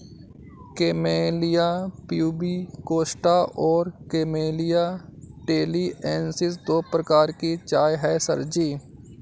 camellia pubicosta और Camellia taliensis दो प्रकार की चाय है सर जी